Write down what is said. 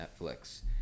Netflix